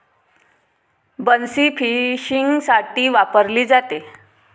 बन्सी फिशिंगसाठी वापरली जाते